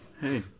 Hey